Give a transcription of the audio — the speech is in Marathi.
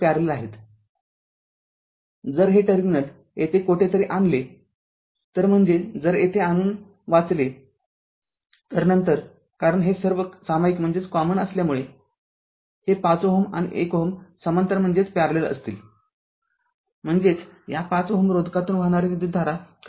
जर हे टर्मिनल येथे कोठेतरी आणले तर म्हणजे जर येथे आणून वाचले तरनंतर कारण हे सर्व सामायिक असल्यामुळे हे ५ Ω आणि १ Ω समांतर असतील म्हणजेचया ५ Ω रोधकातून वाहणारी विद्युतधारा काय असेल